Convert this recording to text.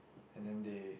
and then they